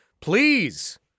Please